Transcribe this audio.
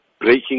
breaking